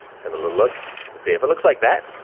have a little look. you see, if it looks like that,